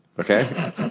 Okay